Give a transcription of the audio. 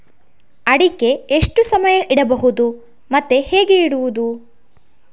ಅಡಿಕೆ ಎಷ್ಟು ಸಮಯ ಇಡಬಹುದು ಮತ್ತೆ ಹೇಗೆ ಇಡುವುದು?